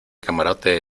camarote